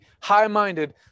high-minded